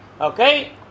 okay